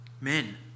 Men